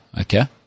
okay